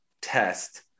test